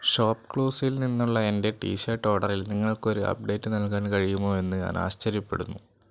ഷോപ്പ്ക്ലൂസിൽ നിന്നുള്ള എൻ്റെ ടിഷർട്ട് ഓർഡറിൽ നിങ്ങൾക്ക് ഒരു അപ്ഡേറ്റ് നൽകാൻ കഴിയുമോ എന്നു ഞാൻ ആശ്ചര്യപ്പെടുന്നു